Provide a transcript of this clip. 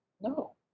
No